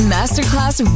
Masterclass